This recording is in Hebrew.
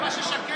זה מה ששקד אמרה,